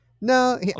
no